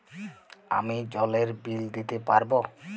আমি জলের বিল দিতে পারবো?